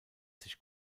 sich